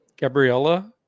Gabriella